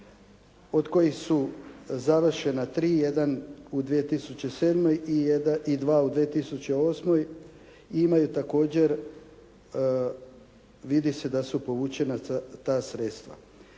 od kojih su završena tri, jedan u 2007. i dva u 2008. imaju također vidi su da su povučena ta sredstva.